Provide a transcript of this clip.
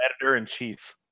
editor-in-chief